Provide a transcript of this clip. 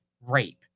rape